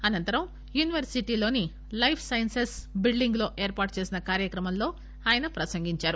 అనంతరం యూనివర్సిటీలోని life sciences building లో ఏర్పాటుచేసిన కార్చక్రమంలో ఆయన ప్రసంగించారు